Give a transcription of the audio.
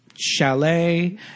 chalet